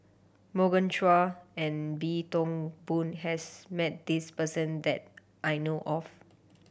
Morgan Chua and Wee Toon Boon has met this person that I know of